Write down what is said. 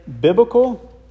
biblical